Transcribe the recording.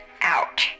out